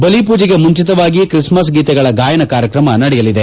ಬಲಿ ಪೂಜೆಗೆ ಮುಂಚಿತವಾಗಿ ಕ್ರಿಸ್ಕಸ್ ಗೀತೆಗಳ ಗಾಯನ ಕಾರ್ಯಕ್ರಮ ನಡೆಯಲಿದೆ